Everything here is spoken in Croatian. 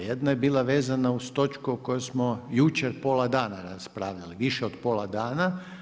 Jedna je bila vezana uz točku o kojoj smo jučer pola danas raspravljali, više od pola dana.